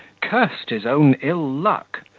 cursed his own ill-luck,